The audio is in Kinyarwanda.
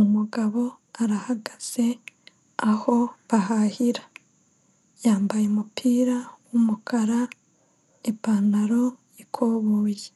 Umugabo arahagaze aho bahahira, yambaye umupira w'umukara, ipantaro y'ikoboyi